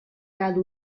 cada